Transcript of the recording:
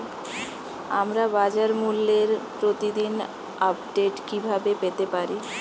আমরা বাজারমূল্যের প্রতিদিন আপডেট কিভাবে পেতে পারি?